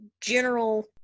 general